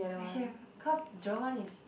i should have cause Jerome one is